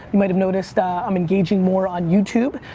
you might have noticed i'm engaging more on youtube.